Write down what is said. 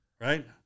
Right